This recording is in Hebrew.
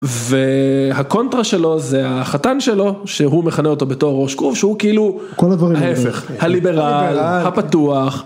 והקונטרה שלו זה החתן שלו, שהוא מכנה אותו בתור ראש כרוב שהוא כאילו ההיפך, כל הדברים האלה הליברל הפתוח.